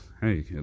hey